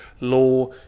law